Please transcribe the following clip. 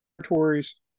territories